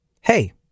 Hey